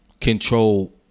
Control